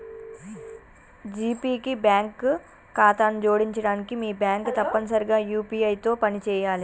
GPay కి bank ఖాతాను జోడించడానికి మీ బ్యాంక్ తప్పనిసరిగా యూ.పీ.ఐ తో పనిచేయాలే